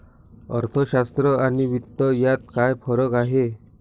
अर्थशास्त्र आणि वित्त यात काय फरक आहे